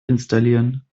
installieren